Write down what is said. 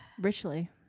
Richly